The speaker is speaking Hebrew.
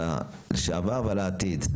על הלשעבר ועל העתיד.